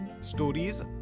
stories